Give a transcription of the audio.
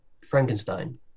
frankenstein